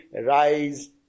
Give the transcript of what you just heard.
rise